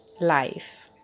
life